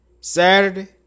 Saturday